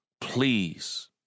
please